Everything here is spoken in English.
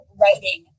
writing